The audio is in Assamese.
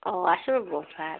আছোঁ ৰব ভাল